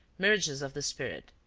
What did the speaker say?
mirages of the spirit.